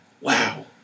wow